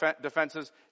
defenses